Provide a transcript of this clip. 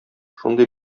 шундый